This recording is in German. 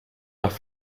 nach